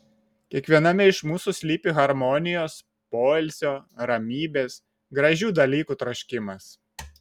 kiekviename iš mūsų slypi harmonijos poilsio ramybės gražių dalykų troškimas